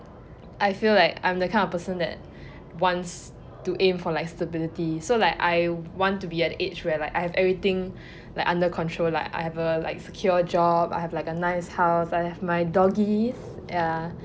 I feel like I am that kind of person that wants to aim for like stability so like I want to be at the age where like I have everything like under control like I have a like secure job I have like a nice house I have my doggies ya